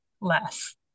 less